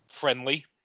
friendly